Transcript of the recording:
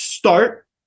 Start